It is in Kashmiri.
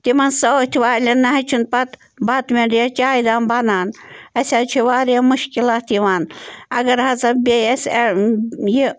تِمَن سۭتۍ والٮ۪ن نَہ حظ چھِنہٕ پَتہٕ بَتہٕ میوٚنٛڈ یا چایہِ دام بنان اَسہِ حظ چھِ واریاہ مُشکِلات یِوان اگر ہسا بیٚیہِ اَسہِ یہِ